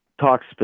talks